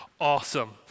awesome